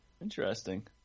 Interesting